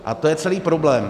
A to je celý problém.